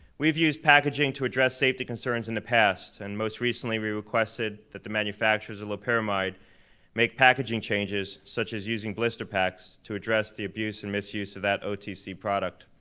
we've used packaging to address safety concerns in the past and most recently we requested that the manufacturers of loperamide make packaging changes, such as using blister packs, to address and the abuse and misuse of that otc product.